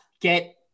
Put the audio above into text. get